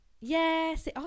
yes